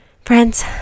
Friends